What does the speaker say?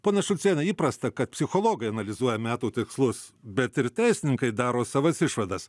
ponia šulciene įprasta kad psichologai analizuoja metų tikslus bet ir teisininkai daro savas išvadas